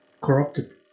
corrupted